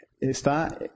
está